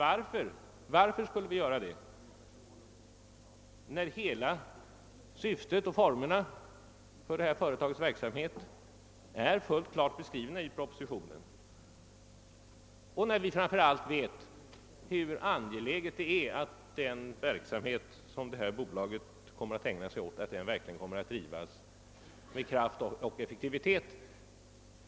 Men varför skulle vi göra så när hela syftet och formerna för denna företagsamhet är klart beskrivna i propositionen och när vi vet hur angeläget det är att den verksamhet som detta bolag kommer att ägna sig åt bedrives med kraft och effektivitet?